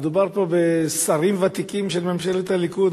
מדובר פה בשרים ותיקים של ממשלת הליכוד,